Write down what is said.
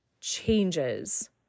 changes